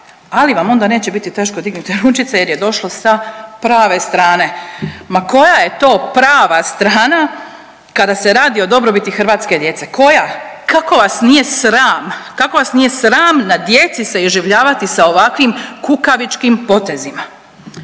ali vam onda neće biti teško dignuti ručice jer je došlo sa prave strane. Ma koja je to prava strana kada se radi o dobrobiti hrvatske djece? Koja? Kako vas nije sram. Kako vas nije sram na djeci se iživljavati sa ovakvim kukavičkim potezima.